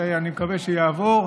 שאני מקווה שיעבור,